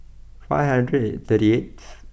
five hundred and thirty eighth